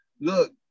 look